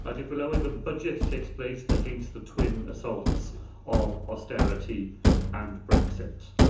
ah dirprwy lywydd, the budget takes place against the twin assaults of austerity and brexit.